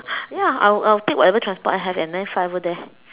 ya I will I will take whatever transport I have and then I will fly over there